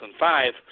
2005